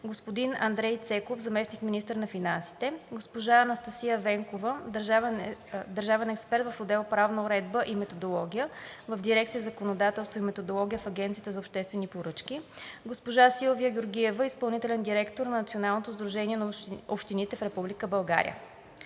господин Андрей Цеков – заместник-министър на финансите, госпожа Анастасия Венкова – държавен експерт в отдел „Правна уредба и методология“ в Дирекция „Законодателство и методология“ в Агенцията за обществени поръчки, госпожа Силвия Георгиева – изпълнителен директор на Националното сдружение на общините в Република България.